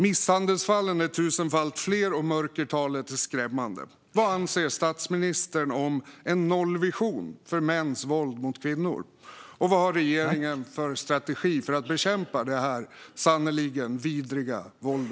Misshandelsfallen är tusenfalt fler, och mörkertalet är skrämmande. Vad anser statsministern om en nollvision för mäns våld mot kvinnor? Vad har regeringen för strategi för att bekämpa detta sannerligen vidriga våld?